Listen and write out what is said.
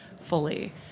fully